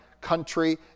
country